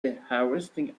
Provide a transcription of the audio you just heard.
harvesting